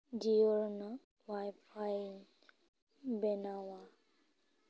ᱡᱤᱭᱳ ᱨᱮᱱᱟᱜ ᱚᱣᱟᱭᱯᱷᱟᱭ ᱵᱮᱱᱟᱣᱟ